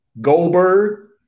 Goldberg